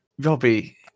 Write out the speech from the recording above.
Robbie